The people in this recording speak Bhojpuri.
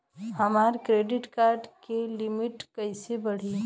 हमार क्रेडिट कार्ड के लिमिट कइसे बढ़ी?